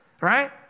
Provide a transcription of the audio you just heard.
right